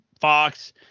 Fox